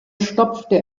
stopfte